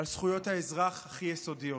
על זכויות האזרח הכי יסודיות.